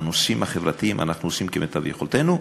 בנושאים החברתיים אנחנו עושים כמיטב יכולתנו.